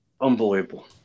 Unbelievable